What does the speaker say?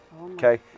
Okay